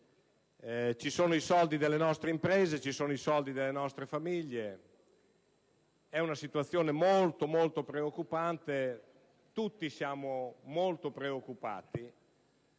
ci sono i soldi delle nostre imprese e i soldi delle nostre famiglie. È una situazione molto, molto preoccupante e tutti siamo preoccupati